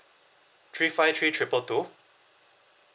three five three triple two